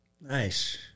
Nice